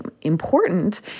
important